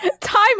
Time